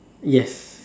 yes